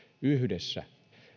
yhdessä